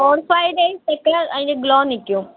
four five days ഒക്കെ അതിന് glow നിൽക്കും